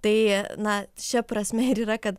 tai na šia prasme ir yra kad